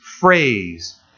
phrase